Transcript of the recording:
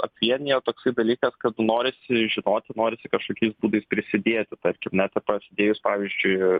apvienijo toksai dalykas kad norisi žinoti norisi kažkokiais būdais prisidėti tarkim ne ta pasidėjus pavyzdžiui